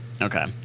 Okay